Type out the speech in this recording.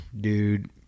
Dude